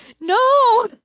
no